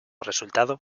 resultado